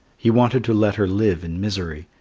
he wanted to let her live in misery,